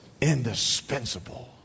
indispensable